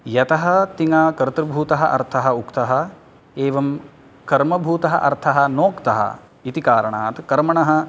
यतः तिङ्गा कर्तृभूतः अर्थः उक्तः एवं कर्मभूतः अर्थः नोक्तः इति कारणात् कर्मणः